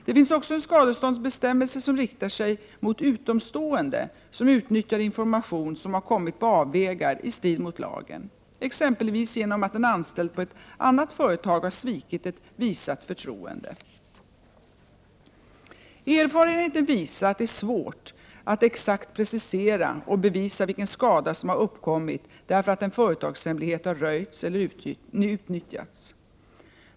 Det finns också en skadeståndsbestämmelse som riktar sig mot utomstående som utnyttjar information som har kommit på avvägar i strid mot lagen, exempelvis genom att en anställd på ett annat företag har svikit ett visat förtroende. Erfarenheten visar att det är svårt att exakt precisera och bevisa vilken skada som har uppkommit därför att en företagshemlighet har röjts eller utnyttjats.